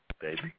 baby